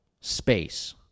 space